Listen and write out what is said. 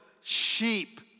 sheep